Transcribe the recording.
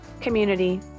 community